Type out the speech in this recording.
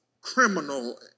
criminal